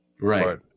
Right